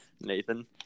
Nathan